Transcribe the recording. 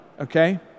okay